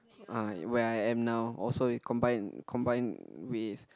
uh where I am now also we combine combined with